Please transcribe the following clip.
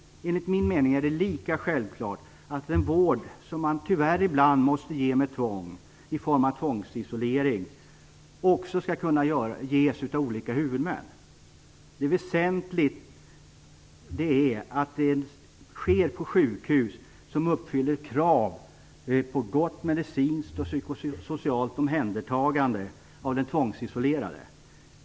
Enligt min mening är det lika självklart att den vård som man tyvärr ibland måste ge med tvång i form av tvångsisolering också skall kunna ges av olika huvudmän. Det väsentliga är att den sker på ett sjukhus som uppfyller krav på ett gott medicinskt och psykosocialt omhändertagande av den tvångsisolerade.